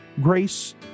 grace